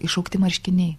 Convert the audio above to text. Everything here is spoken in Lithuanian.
išaugti marškiniai